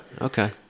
Okay